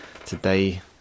Today